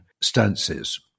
stances